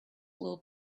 will